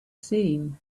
seen